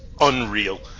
unreal